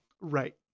Right